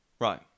Right